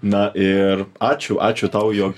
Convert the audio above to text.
na ir ačiū ačiū tau jog